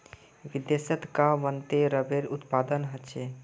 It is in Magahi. विदेशत कां वत्ते रबरेर उत्पादन ह छेक